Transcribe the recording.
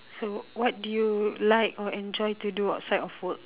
so what do you like or enjoy to do outside of work